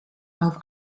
auf